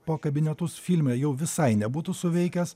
po kabinetus filme jau visai nebūtų suveikęs